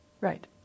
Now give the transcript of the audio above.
Right